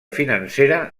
financera